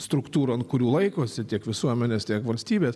struktūrų ant kurių laikosi tiek visuomenės tiek valstybės